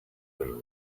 will